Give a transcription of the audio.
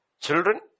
children